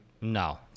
No